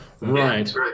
Right